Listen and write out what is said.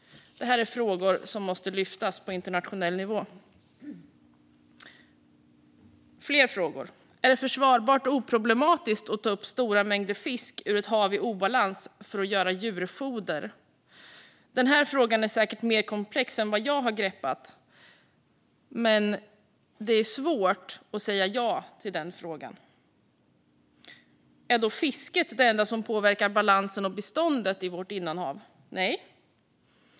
Detta är frågor som måste lyftas fram på internationell nivå. Fler frågor: Är det försvarbart och oproblematiskt att ta upp stora mängder fisk ur ett hav i obalans för att göra djurfoder? Den frågan är säkert mer komplex än vad jag har greppat, men det är svårt att svara ja på den. Är fisket det enda som påverkar balansen och bestånden i vårt innanhav? Nej.